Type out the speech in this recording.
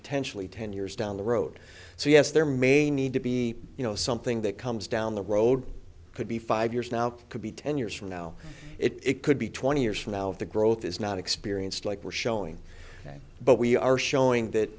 potentially ten years down the road so yes there may need to be you know something that comes down the road could be five years now could be ten years from now it could be twenty years from now if the growth is not experienced like we're showing but we are showing that